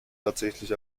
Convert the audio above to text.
tatsächlich